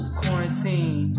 quarantine